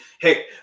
Hey